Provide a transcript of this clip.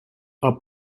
are